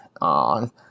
on